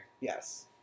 Yes